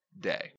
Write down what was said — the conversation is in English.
day